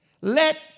Let